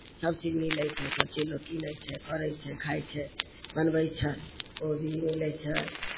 सभचीज मिलै छै सभचीज लोक कीनै छै करै छै खाइ छै बनबै छै कोबी मिलै छै